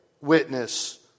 witness